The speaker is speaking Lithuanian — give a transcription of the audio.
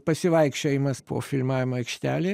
pasivaikščiojimas po filmavimo aikštelę